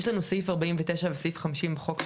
יש לנו סעיף 49 וסעיף 50 בחוק שלנו.